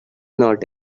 not